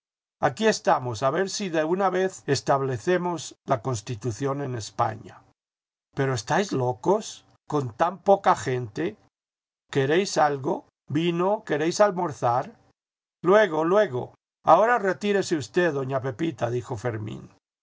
aquí estamos a ver si de una vez establecemos la constitución en españa pero estáis locos con tan poca gente queréis algo vino queréis almorzar luego luego ahora retírese usted doña pepita dijo fermín